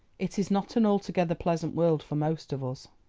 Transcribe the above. it is not an altogether pleasant world for most of us.